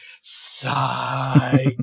sigh